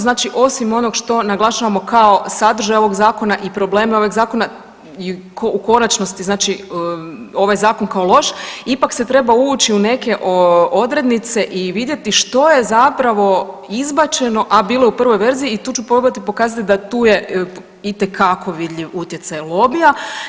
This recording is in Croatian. Znači osim onog što naglašavamo kao sadržaj ovog zakona i probleme ovog zakona u konačnosti znači ovaj zakon kao loš ipak se treba ući u neke odrednice i vidjeti što je zapravo izbačeno, a bilo je u prvoj verziji i tu ću probati pokazati da tu je itekako vidljiv utjecaj lobija.